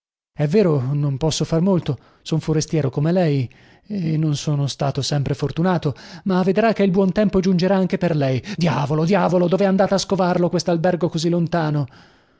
è vero che non posso far molto son forestiero come lei e non sono stato sempre fortunato ma vedrà che il buon tempo giungerà anche per lei diavolo diavolo dovè andata a scovarlo questalbergo così lontano